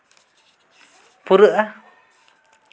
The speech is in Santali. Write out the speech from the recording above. ᱯᱩᱨᱟᱹᱜᱼᱟ